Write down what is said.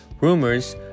rumors